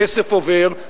כסף עובר,